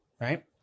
Right